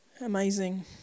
amazing